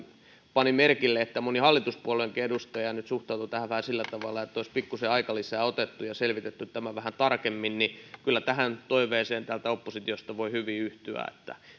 panin merkille että moni hallituspuolueenkin edustaja nyt suhtautui tähän vähän sillä tavalla että olisi pikkuisen aikalisää otettu ja selvitetty tämä vähän tarkemmin ja kyllä tähän toiveeseen täältä oppositiosta voi hyvin yhtyä